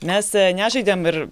mes nežaidėm ir